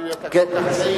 אתה כל כך צעיר.